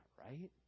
right